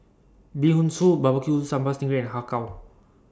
Bee Hoon Soup Barbecue Sambal Sting Ray and Har Kow